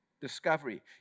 discovery